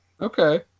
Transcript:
Okay